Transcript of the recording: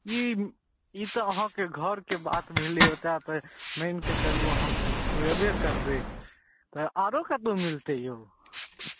ई ई तऽ अहाँके घरके बात भेलै ओतऽ मानिकऽ चलू अहाँ खुएबे करबै तऽ आओर कतहु मिलतै औ